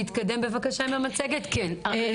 להתקדם בבקשה למצגת כן להיות